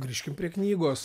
grįžkim prie knygos